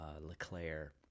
LeClaire